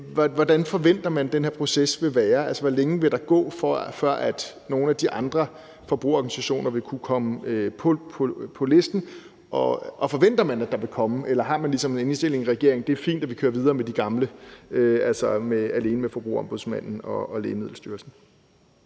Hvordan forventer man den her proces vil være? Hvor længe vil der gå, før nogle af de andre forbrugerorganisationer vil kunne komme på listen? Og forventer man, at der vil komme nogen, eller har man ligesom den indstilling i regeringen, at det er fint, at man kører videre med de gamle, altså alene med Forbrugerombudsmanden og Lægemiddelstyrelsen?